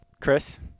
Chris